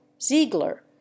Ziegler